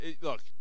look